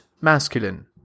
masculine